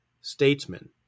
statesman